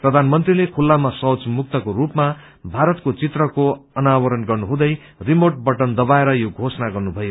प्रधानमन्त्रीले खुल्लामा शौच मुक्तको रूपमा भारतको चित्रको अनावरण गर्नुहुँदै रिमोट बटन दबाएर यो घोषणा गर्नुमयो